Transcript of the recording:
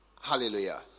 Hallelujah